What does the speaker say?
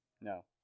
No